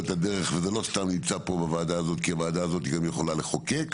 זה לא סתם נמצא פה בוועדה הזאת כי הוועדה הזאת גם יכולה לחוקק.